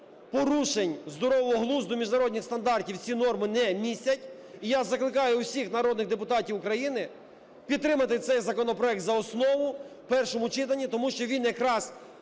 порушень здорового глузду міжнародних стандартів ці норми не містять. І я закликаю усіх народних депутатів України підтримати цей законопроект за основу в першому читанні, тому що він якраз